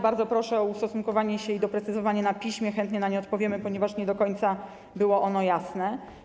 Bardzo proszę o ustosunkowanie się i doprecyzowanie na piśmie - chętnie na nie odpowiemy - ponieważ nie do końca było ono jasne.